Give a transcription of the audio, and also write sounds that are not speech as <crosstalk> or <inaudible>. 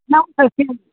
<unintelligible>